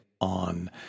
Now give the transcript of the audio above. on